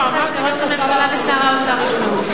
אני רוצה שראש הממשלה ושר האוצר ישמעו אותי.